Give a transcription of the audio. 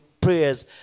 prayers